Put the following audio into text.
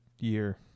year